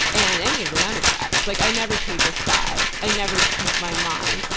and any of the democrats. like i never take a side. i never speak my mind.